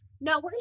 No